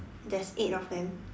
there's eight of them